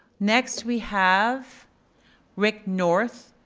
next we have rick north.